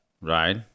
Right